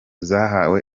zahawe